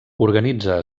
organitza